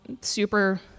super